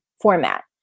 format